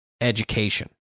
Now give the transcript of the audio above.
education